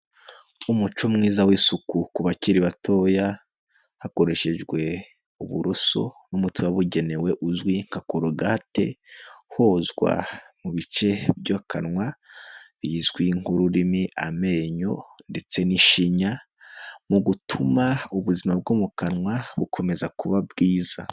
Umuco mwiza w'isuku ku bakiri batoya, hakoreshejwe uburoso, n'umuti wabugenewe uzwi nka korogate, hozwa mu bice by'akanwa bizwi nk'ururimi, amenyo ndetse n'ishinya, mu gutuma ubuzima bwo mu kanwa bukomeza kuba bwiza.